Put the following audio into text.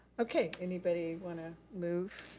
okay, anybody wanna move?